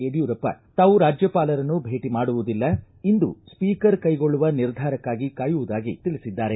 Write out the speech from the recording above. ಯಡಿಯೂರಪ್ಪ ತಾವು ರಾಜ್ಯಪಾಲರನ್ನು ಭೇಟಿ ಮಾಡುವುದಿಲ್ಲ ಇಂದು ಸ್ವೀಕರ್ ಕೈಗೊಳ್ಳುವ ನಿರ್ಧಾರಕ್ನಾಗಿ ಕಾಯುವುದಾಗಿ ತಿಳಿಸಿದ್ದಾರೆ